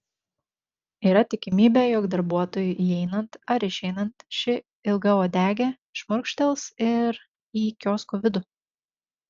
yra tikimybė jog darbuotojui įeinant ar išeinant ši ilgauodegė šmurkštels ir į kiosko vidų